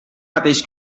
mateix